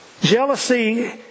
Jealousy